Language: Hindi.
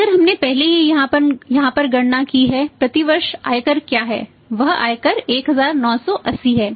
आयकर हमने पहले ही यहां पर गणना की है प्रति वर्ष आयकर क्या है वह आयकर 1980 है